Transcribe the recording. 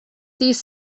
these